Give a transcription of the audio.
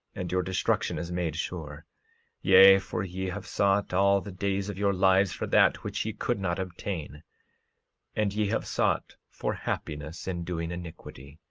and your destruction is made sure yea, for ye have sought all the days of your lives for that which ye could not obtain and ye have sought for happiness in doing iniquity,